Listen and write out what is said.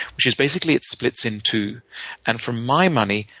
which is basically, it splits into and for my money,